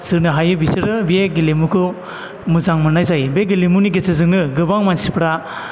जोनो हायो बिसोरो बे गेलेमुखौ मोजां मोननाय जायो बे गेलेमुनि गेजेरजोंनो गोबां मानसिफ्रा